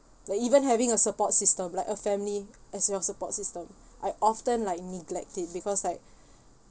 like even having a support system like a family as your support system I often like neglect it because like